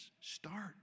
start